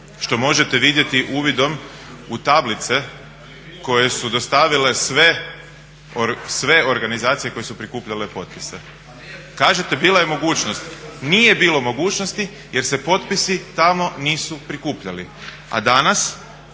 što možete vidjeti uvidom u tablice koje su dostavile sve organizacije koje su prikupljale potpise. Kažete bila je mogućnost. Nije bilo mogućnosti jer se potpisi tamo nisu prikupljali, a danas